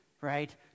right